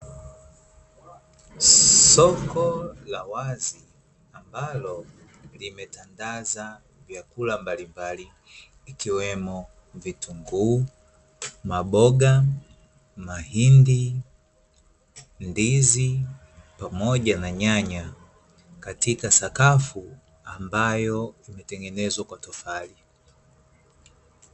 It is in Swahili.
Soko la wazi ambalo limetandaza vyakula mbalimbali ikiwemo vitunguu, maboga, mahindi, ndizi pamoja na nyanya katika sakafu ambayo imetengenezwa kwa tofali.